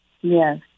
Yes